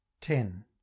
Ten